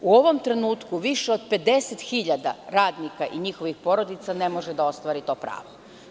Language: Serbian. U ovom trenutku više od 50.000 radnika i njihovih porodica ne može da ostvari to pravo.